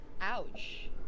Ouch